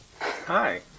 Hi